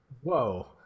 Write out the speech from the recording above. Whoa